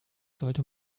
sollte